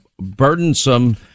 burdensome